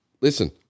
Listen